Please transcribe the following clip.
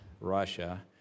Russia